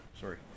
Sorry